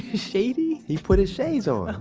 shady? he put his shades on!